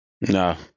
no